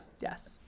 Yes